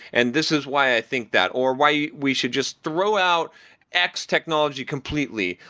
and this is why i think that or why we should just throw out x-technology completely,